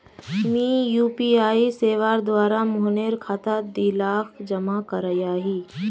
मी यु.पी.आई सेवार द्वारा मोहनेर खातात दी लाख जमा करयाही